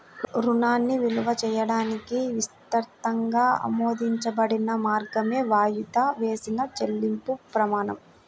రుణాన్ని విలువ చేయడానికి విస్తృతంగా ఆమోదించబడిన మార్గమే వాయిదా వేసిన చెల్లింపు ప్రమాణం